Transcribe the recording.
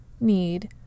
need